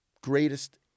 greatest